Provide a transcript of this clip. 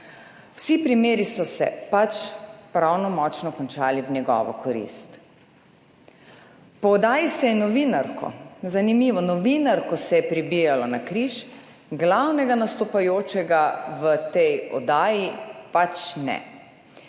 Vsi primeri so se pač pravnomočno končali v njegovo korist. Po oddaji se je novinarko, zanimivo, novinarko se je pribijalo na križ, glavnega nastopajočega v tej oddaji pač ne.